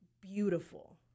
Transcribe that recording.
beautiful